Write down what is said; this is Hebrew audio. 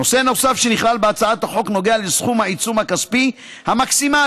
נושא נוסף שנכלל בהצעת החוק נוגע לסכום העיצום הכספי המקסימלי